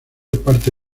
parte